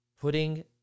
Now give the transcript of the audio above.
putting